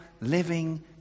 living